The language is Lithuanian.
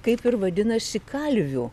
kaip ir vadinasi kalvių